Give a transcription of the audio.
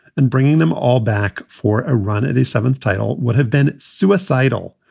and bringing them all back for a run at a seventh title would have been suicidal.